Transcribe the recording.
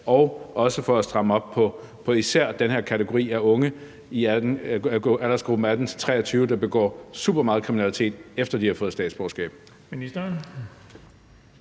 vi også strammer op på især den her kategori af unge i aldersgruppen 18-23 år, der begår supermeget kriminalitet, efter at de har fået statsborgerskab?